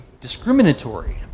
discriminatory